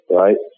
right